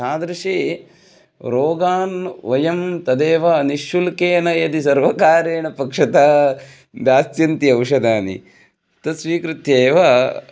तादृशान् रोगान् वयं तदेव निःशुल्केन यदि सर्वकारेण पक्षतः दास्यन्ति औषधानि तत् स्वीकृत्य एव